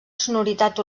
sonoritat